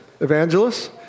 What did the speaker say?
evangelists